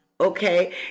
okay